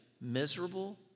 miserable